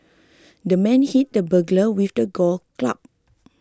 the man hit the burglar with a golf club